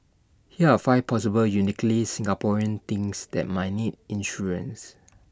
here are five possible uniquely Singaporean things that might need insurance